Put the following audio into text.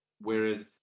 whereas